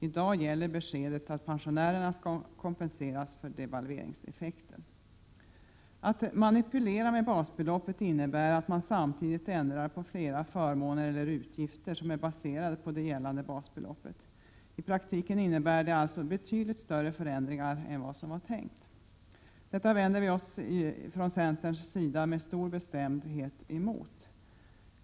I dag gäller beskedet att pensionärerna skall kompenseras för devalveringseffekten. Att manipulera med basbeloppet innebär att man samtidigt ändrar flera förmåner eller utgifter som är baserade på det gällande basbeloppet. I praktiken innebär det alltså betydligt större förändringar än vad som var tänkt. Detta vänder vi oss mot från centerns sida med stor bestämdhet.